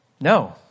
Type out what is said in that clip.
No